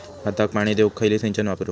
भाताक पाणी देऊक खयली सिंचन वापरू?